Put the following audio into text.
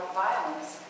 violence